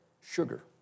sugar